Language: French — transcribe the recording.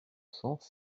cents